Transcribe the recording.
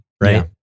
right